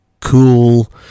cool